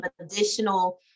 additional